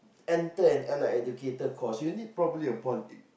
enter an allied educator course you need probably a poly